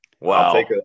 Wow